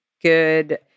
good